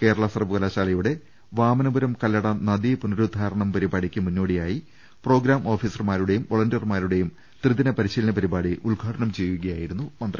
കേരള സർവകലാശാലയുടെ വാമനപുരം കല്ലട് നദീ പുനഃരുദ്ധാരണം പരിപാടിക്ക് മുന്നോടിയായി പ്രോഗ്രാം ഓഫീസർമാരുടെയും വള ണ്ടിയർമാരുടെയും ത്രിദിന പരിശ്വീലന പരിപാടി ഉദ്ഘാടനം ചെയ്യു കയായിരുന്നു മന്ത്രി